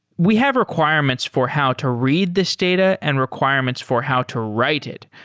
we have requirements for how to read this data and requirements for how to write it.